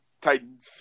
Titans